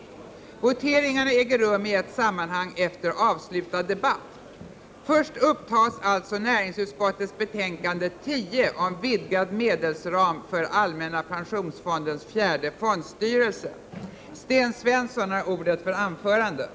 Voteringarna äger rum i ett sammanhang efter avslutad debatt. 159 Först upptas alltså justitieutskottets betänkande 7 om delegerad beslutanderätt i förmynderskapsärenden.